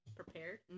prepared